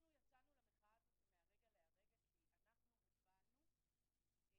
יצאנו למחאה הזאת מן הרגע אל הרגע כי הבנו שאנחנו